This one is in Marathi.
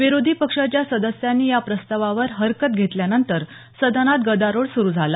विरोधी पक्षाच्या सदस्यांनी या प्रस्तावावर हरकत घेतल्यानंतर सदनात गदारोळ सुरू झाला